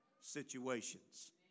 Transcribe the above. situations